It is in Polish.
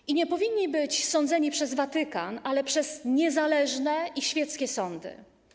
I nie powinni być sądzeni przez Watykan, ale przez niezależne i świeckie sądy.